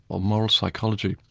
or moral psychology,